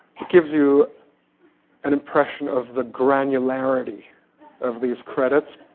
gives you an impression of the granularity of these credits.